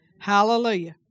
Hallelujah